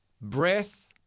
Breath